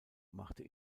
machte